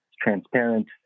transparent